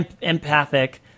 empathic